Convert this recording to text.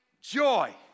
joy